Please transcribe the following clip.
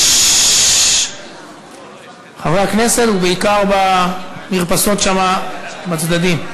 חברי הכנסת, ובעיקר במרפסות בצדדים.